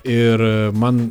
ir man